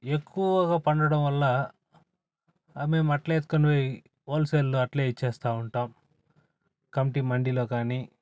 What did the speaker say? ఎక్కువగా పండడం వల్ల మేము అట్లే ఎత్తుకొని పోయి హోల్సేల్లో అట్లే ఇచ్చేస్తూ ఉంటాం కమిటీ మండీలో కాని